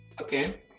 Okay